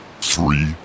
Three